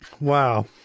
Wow